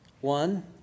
one